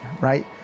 right